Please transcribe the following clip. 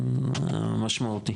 משמעותי.